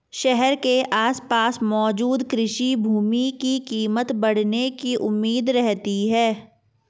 शहर के आसपास मौजूद कृषि भूमि की कीमत बढ़ने की उम्मीद रहती है